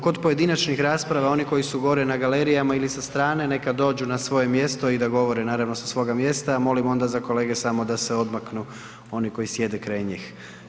Kod pojedinačnih rasprava oni koji su gore na galerijama ili sa strane neka dođu na svoje mjesto i da govore naravno sa svoga mjesta, molim onda kolege samo da se odmaknu oni koji sjede kraj njih.